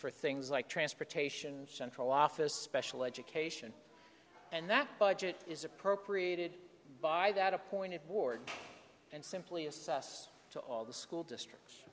for things like transportation central office special education and that budget is appropriated by that appointed ward and simply assessed to all the school districts